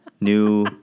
new